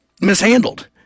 mishandled